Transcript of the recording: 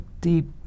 deep